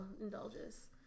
indulges